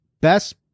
best